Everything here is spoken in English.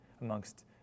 amongst